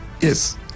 Yes